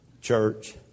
church